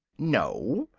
no,